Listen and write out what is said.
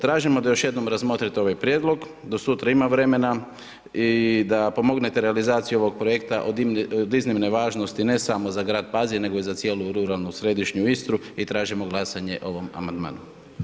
Tražimo da još jednom razmotrite ovaj prijedlog, do sutra ima vremena i da pomognete realizaciji ovog projekta od iznimne važnosti, ne samo za grad Pazin nego i za cijelu ruralnu središnju Istri i tražimo glasanje o ovom amandmanu.